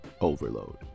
Overload